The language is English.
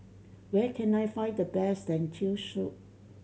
where can I find the best Lentil Soup